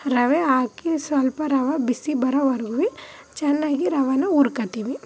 ರವೆ ಹಾಕಿ ಸ್ವಲ್ಪ ರವೆ ಬಿಸಿ ಬರೋವರೆಗೂವೆ ಚೆನ್ನಾಗಿ ರವೆನಾ ಉರ್ಕೊಳ್ತೀನಿ